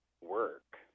work